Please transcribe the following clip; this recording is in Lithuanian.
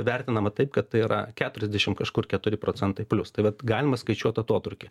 vertinama taip kad tai yra keturiasdešim kažkur keturi procentai plius tai vat galima skaičiuot atotrūkį